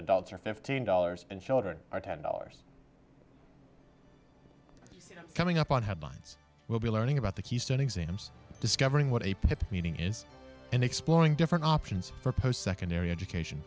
adults are fifteen dollars and shelter ten dollars coming up on headlines we'll be learning about the keystone exams discovering what a meeting is and exploring different options for post secondary education